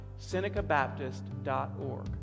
SenecaBaptist.org